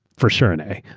for sure and a.